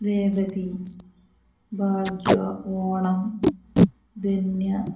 Revathi Bhagya Onam Dhanya